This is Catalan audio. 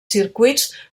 circuits